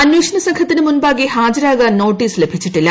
അന്വേഷണ സംഘത്തിനു മുമ്പാകെ ഹാജരാകാൻ നോട്ടീസ് ലഭിച്ചിട്ടില്ല